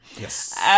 yes